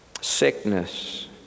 Sickness